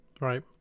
right